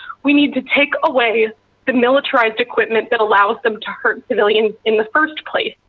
we need to take away the militarized equipment that allows them to hurt civilians in the first place.